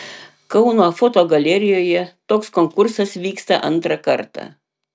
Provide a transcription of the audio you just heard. kauno fotogalerijoje toks konkursas vyksta antrą kartą